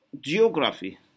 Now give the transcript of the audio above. geography